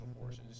forces